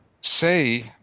say